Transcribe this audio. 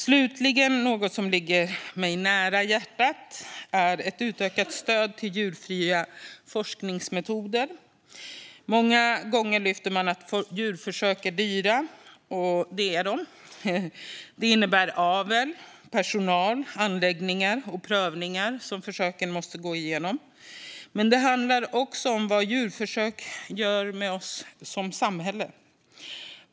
Slutligen vill jag ta upp något som ligger mig nära hjärtat, nämligen ett utökat stöd till djurfria forskningsmetoder. Många gånger lyfter man att djurförsök är dyra, och det är de. Djurförsök innebär avel, personal, anläggningar och prövningar som försöken måste gå igenom. Men det handlar också om vad djurförsök gör med oss som samhälle.